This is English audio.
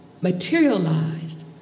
materialized